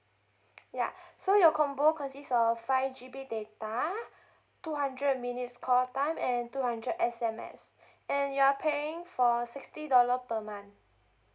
ya so your combo consists of five G_B data two hundred minutes call time and two hundred S_M_S and you are paying for sixty dollar per month